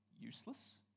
useless